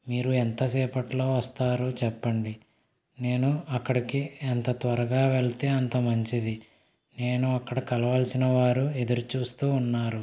మీరు ఎంత సేపట్లో వస్తారో చెప్పండి నేను అక్కడికి ఎంత త్వరగా వెళ్తే అంత మంచిది నేను అక్కడ కలవాల్సిన వారు ఎదురుచూస్తూ ఉన్నారు